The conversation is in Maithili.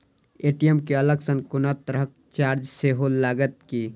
ए.टी.एम केँ अलग सँ कोनो तरहक चार्ज सेहो लागत की?